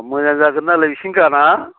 मोजां जागोननालै इसिनि गाना